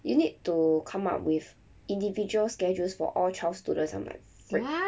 you need to come up with individual schedules for all twelve students I'm like freak